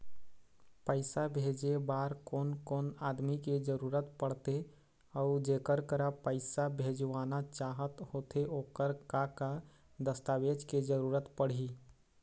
पैसा भेजे बार कोन कोन आदमी के जरूरत पड़ते अऊ जेकर करा पैसा भेजवाना चाहत होथे ओकर का का दस्तावेज के जरूरत पड़ही?